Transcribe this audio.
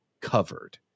covered